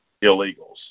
illegals